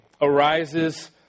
arises